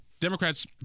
Democrats